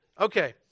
Okay